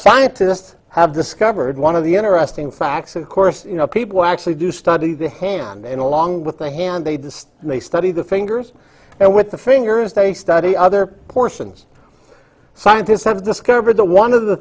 scientists have discovered one of the interesting facts of course you know people actually do study the hand and along with the hand they did and they studied the fingers and with the fingers they study other portions scientists have discovered that one of the